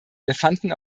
elefanten